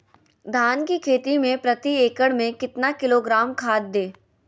धान की खेती में प्रति एकड़ में कितना किलोग्राम खाद दे?